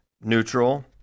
neutral